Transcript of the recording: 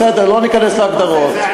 בסדר, לא ניכנס להגדרות.